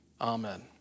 amen